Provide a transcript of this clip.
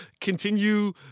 continue